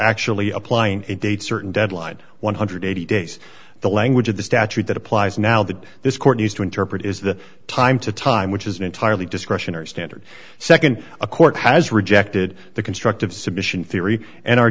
actually applying a date certain deadline one hundred and eighty days the language of the statute that applies now that this court has to interpret is the time to time which is an entirely discretionary standard nd a court has rejected the constructive submission theory and our